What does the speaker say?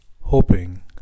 hoping